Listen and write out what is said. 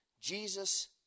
Jesus